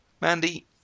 Mandy